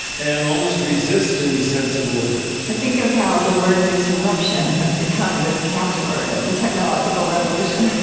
and almost resist any sense of order i think of how the word disruption has become this catchword of the technological revolution.